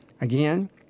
again